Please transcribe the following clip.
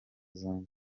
zombi